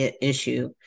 issue